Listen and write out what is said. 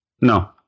No